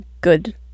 good